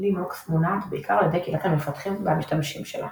לינוקס מונעת בעיקר על ידי קהילת המפתחים והמשתמשים שלה.